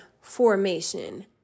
formation